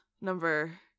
number